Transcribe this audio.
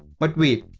but wait,